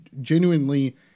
genuinely